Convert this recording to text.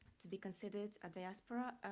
to be considered a diaspora.